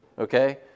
okay